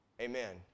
Amen